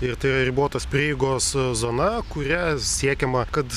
ir tai yra ribotos prieigos zona kuria siekiama kad